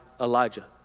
Elijah